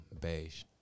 beige